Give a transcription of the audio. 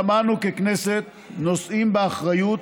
גם אנו ככנסת נושאים באחריות